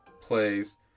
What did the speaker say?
plays